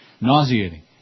nauseating